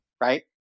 right